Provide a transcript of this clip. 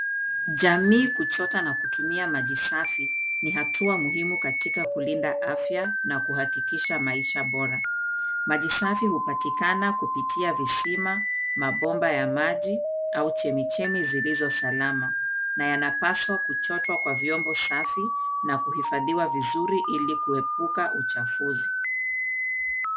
Jamii kuchota na kutumia maji safi, ni hatua muhimu katika kulinda afya na kuhakikisha maisha bora. Maji safi hupatikana kupitia visima, mabomba ya maji au chemichemi zilizo salama na yanapaswa kuchotwa kwa vyombo safi na kuhifadhiwa vizuri ili kuepuka uchafuzi.